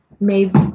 made